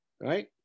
Right